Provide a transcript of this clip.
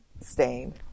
stain